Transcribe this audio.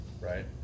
right